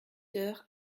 heures